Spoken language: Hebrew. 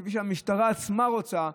כפי שהמשטרה עצמה רוצה.